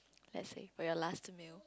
let's say for your last meal